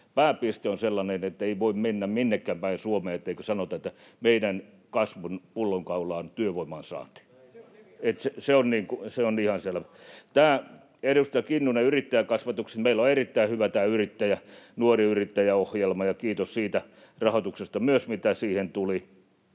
pääpiste on sellainen, että ei voi mennä minnekään päin Suomea, etteikö sanota, että meidän kasvun pullonkaula on työvoiman saanti. Se on ihan selvä. Edustaja Kinnunen, yrittäjäkasvatuksesta. Meillä on erittäin hyvä tämä Nuori Yrittäjyys ‑ohjelma, ja kiitos myös siitä rahoituksesta, mitä siihen tuli.